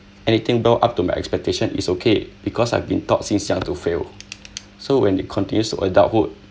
anything though up to my expectations it's okay because I've been taught since young to fail so when it continues to adulthood